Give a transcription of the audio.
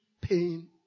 pain